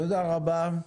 תודה רבה.